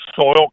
soil